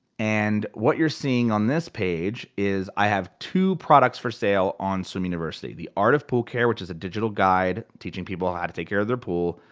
and, what you're seeing on this page is i have two products for sale on swim university. the art of pool care, which is a digital guide teaching people how to take care of their pool.